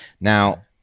now